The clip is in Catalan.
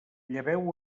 lleveu